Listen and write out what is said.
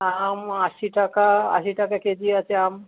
আম আশি টাকা আশি টাকা কেজি আছে আম